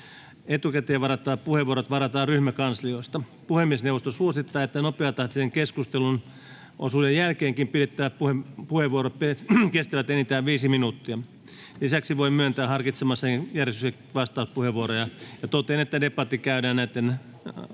ja niiden pituus on enintään viisi minuuttia. Puhemiesneuvosto suosittaa, että nopeatahtisen keskusteluosuuden jälkeenkin pidettävät puheenvuorot kestävät enintään viisi minuuttia. Lisäksi voin myöntää harkitsemassani järjestyksessä vastauspuheenvuoroja. Totean, että debatti käydään ryhmäpuheenvuorojen